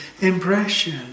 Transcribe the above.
impression